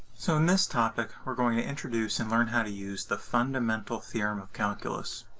so in this topic, we're going to introduce and learn how to use the fundamental theorem of calculus.